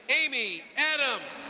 amy adams.